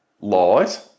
light